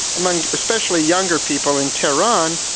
among especially younger people in tehran.